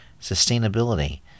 Sustainability